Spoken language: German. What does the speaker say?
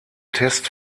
test